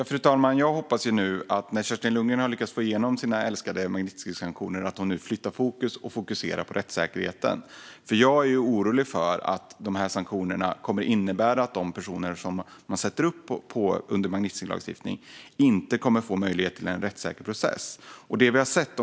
Fru talman! Jag hoppas att Kerstin Lundgren, när hon nu har lyckats få igenom sina älskade Magnitskijsanktioner, flyttar fokus till rättssäkerheten. Jag är nämligen orolig för att de här sanktionerna kommer att innebära att de personer som sätts upp under en Magnitskijlagstiftning inte kommer att få möjlighet till en rättssäker process.